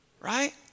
right